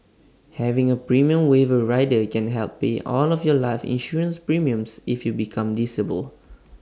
having A premium waiver rider can help pay all of your life insurance premiums if you become disabled